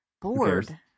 bored